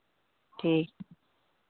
ठीक